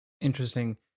Interesting